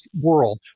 world